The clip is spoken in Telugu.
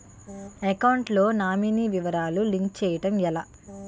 అకౌంట్ లో నామినీ వివరాలు లింక్ చేయటం ఎలా?